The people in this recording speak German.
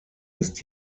ist